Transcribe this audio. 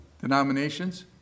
denominations